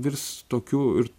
virs tokiu ir